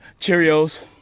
Cheerios